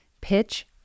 pitch